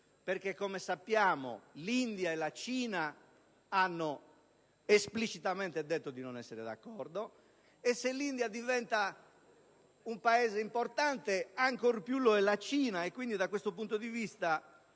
clima. Come sappiamo, l'India e la Cina hanno esplicitamente detto di non essere d'accordo, e se l'India diventa un Paese importante, ancor più lo è la Cina. Quindi, da questo punto di vista,